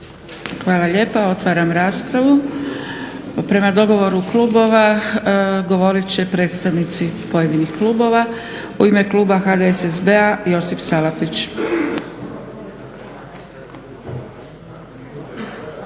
Hvala lijepo. Otvaram raspravu. Prema dogovoru klubova govorit će predstavnici pojedinih klubova. U ime kluba HDSSB-a, Josip Salapić.